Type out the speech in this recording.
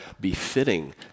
befitting